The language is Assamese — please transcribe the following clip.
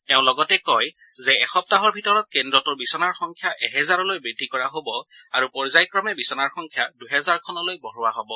তেওঁ লগতে কয় যে এসপ্তাহৰ ভিতৰত কেন্দ্ৰটোৰ বিচনাৰ সংখ্যা এহেজাৰলৈ বৃদ্ধি কৰা হ'ব আৰু পৰ্যায়ক্ৰমে বিচনাৰ সংখ্যা দুহেজাৰখনলৈ বঢ়োৱা হ'ব